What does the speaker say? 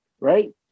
right